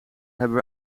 hebben